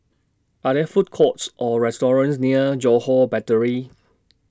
Are There Food Courts Or restaurants near Johore Battery